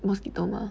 mosquito 吗